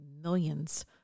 millions